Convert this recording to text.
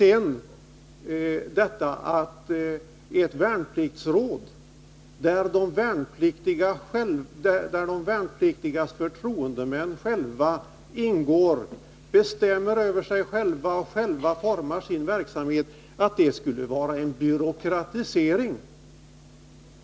Enligt Gunnar Oskarson skulle inrättandet av ett värnpliktsråd, i vilket de värnpliktigas egna förtroendemän ingår och där de bestämmer över sig själva och själva formar sin verksamhet, innebära en byråkratisering.